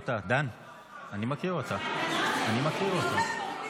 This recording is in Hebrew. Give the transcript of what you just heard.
לוועדת הכנסת, לצורך הכנתה לקריאה הראשונה.